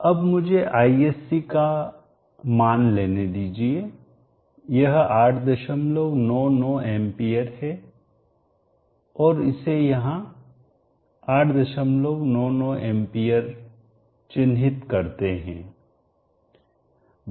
अब मुझे isc का मान लेने दीजिए यह 899 एंपियर है और इसे यहां 899 एंपियर चिन्हित करते हैं